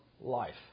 life